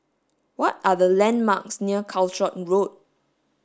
what are the landmarks near Calshot Road